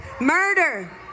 murder